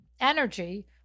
energy